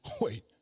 Wait